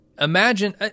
Imagine